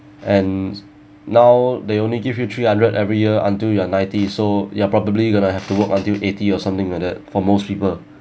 and now they only give you three hundred every year until you're ninety so you're probably going to have to work until eighty or something like that for most people